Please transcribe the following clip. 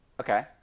Okay